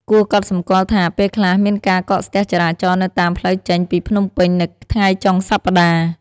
គួរកត់សម្គាល់ថា ពេលខ្លះមានការកកស្ទះចរាចរណ៍នៅតាមផ្លូវចេញពីភ្នំពេញនៅថ្ងៃចុងសប្តាហ៍។